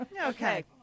Okay